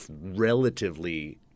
relatively